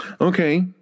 Okay